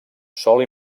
sol